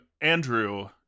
Andrew